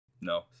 No